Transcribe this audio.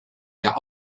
mehr